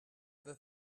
the